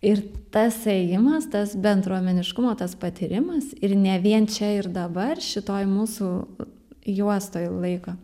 ir tas ėjimas tas bendruomeniškumo tas patyrimas ir ne vien čia ir dabar šitoj mūsų juostoj laiko